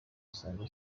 isango